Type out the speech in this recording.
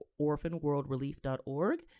orphanworldrelief.org